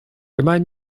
remind